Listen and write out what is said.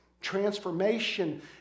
Transformation